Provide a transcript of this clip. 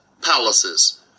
palaces